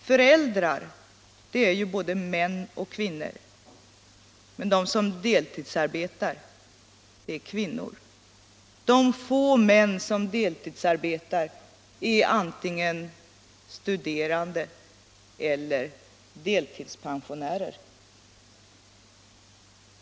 Föräldrar är ju både män och kvinnor, men de som deltidsarbetar är kvinnor. De få män som deltidsarbetar är antingen studerande eller deltidspensionärer.